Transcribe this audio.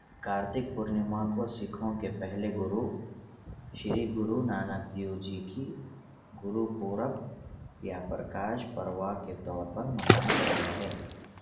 کارتک پورنیما کو سکھوں کے پہلے گرو شری گرو نانک دیو جی کی گرو پورب یا پرکاش پروا کے طور پر منایا جاتا ہے